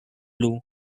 blue